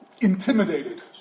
intimidated